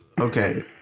Okay